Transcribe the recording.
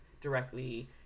directly